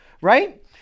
right